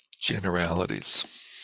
generalities